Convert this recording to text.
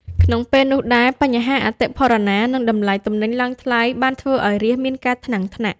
ក្នុងពេលជាមួយគ្នានោះ បញ្ហាអតិផរណា និងតម្លៃទំនិញឡើងថ្លៃបានធ្វើឱ្យរាស្ត្រមានការថ្នាំងថ្នាក់។